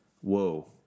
Whoa